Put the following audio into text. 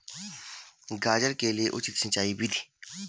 गाजर के लिए उचित सिंचाई विधि?